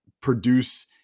produce